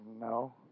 No